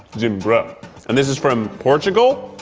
zimbro. and this is from portugal?